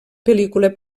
pel·lícula